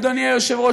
אדוני היושב-ראש,